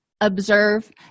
observe